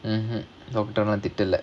mmhmm